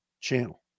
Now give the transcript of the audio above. channel